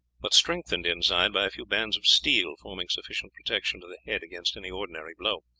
but strengthened inside by a few bands of steel forming sufficient protection to the head against any ordinary blow.